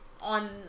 on